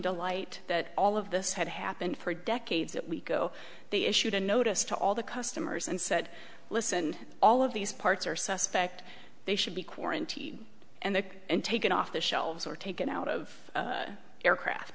to light that all of this it happened for decades that we go they issued a notice to all the customers and said listen all of these parts are suspect they should be quarantined and they're taken off the shelves or taken out of aircraft